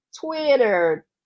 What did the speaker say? Twitter